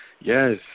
Yes